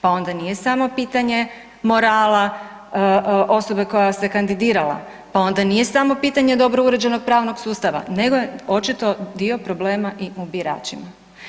Pa onda nije samo pitanje morala osobe koja se kandidirala, pa onda nije samo pitanje dobro uređenog pravnog sustava nego je očito dio problema i u biračima.